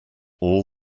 all